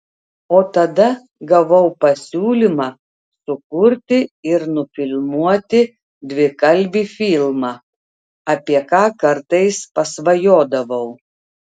o tada gavau pasiūlymą sukurti ir nufilmuoti dvikalbį filmą apie ką kartais pasvajodavau